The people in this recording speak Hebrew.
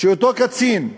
שאותו קצין,